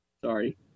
Sorry